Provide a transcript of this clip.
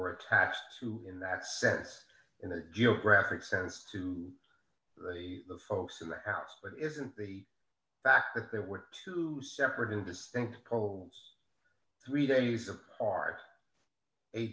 were attached to in that sense in the graphic sense to the folks in the house but it isn't the fact that there were two separate and distinct poles three days of art a